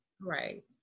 right